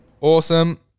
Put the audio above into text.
Awesome